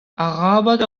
arabat